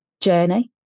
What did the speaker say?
journey